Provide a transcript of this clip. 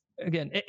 again